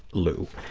lou.